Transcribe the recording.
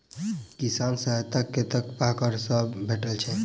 किसान सहायता कतेक पारकर सऽ भेटय छै?